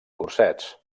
cursets